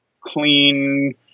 clean